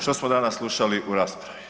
Što smo danas slušali u raspravi?